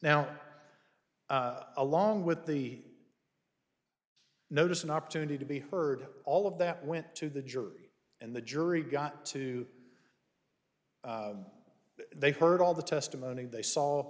now along with the notice an opportunity to be heard all of that went to the jury and the jury got to they heard all the testimony they saw